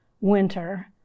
winter